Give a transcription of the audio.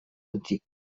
antic